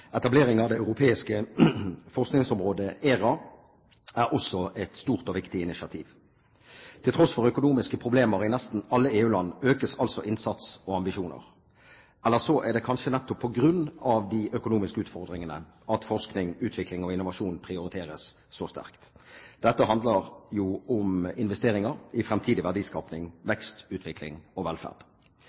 Etablering av det europeiske forskningsområdet ERA er også et stort og viktig initiativ. Til tross for økonomiske problemer i nesten alle EU-land økes altså innsats og ambisjoner, eller så er det kanskje nettopp på grunn av de økonomiske utfordringene at forskning, utvikling og innovasjon prioriteres så sterkt. Dette handler jo om investeringer i fremtidig verdiskaping, vekst, utvikling og velferd.